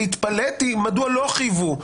והתפלאתי מדוע לא חייבו בעלויות.